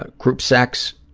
ah group sex,